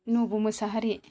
नब' मोसाहारि